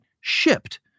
shipped